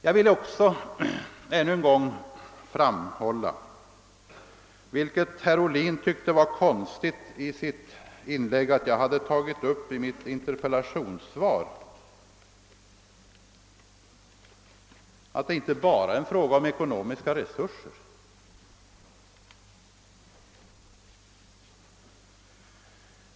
Jag vill också ännu en gång framhålla att det inte bara är fråga om ekonomiska resurser — herr Ohlin tyckte i sitt inlägg att det var konstigt att jag tagit upp detta i mitt interpellationssvar.